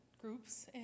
groups